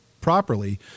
properly